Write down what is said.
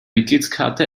mitgliedskarte